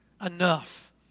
enough